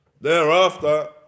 Thereafter